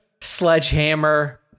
sledgehammer